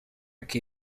que